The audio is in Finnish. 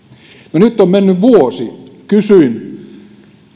no nyt on mennyt vuosi kysyin